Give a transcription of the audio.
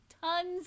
Tons